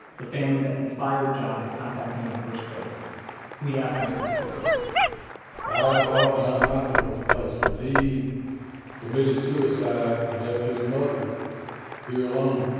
the family that inspired john to contact me in the first place, who he asked me to expose i bought john mclemore's place when he committed suicide and left his mother here alone.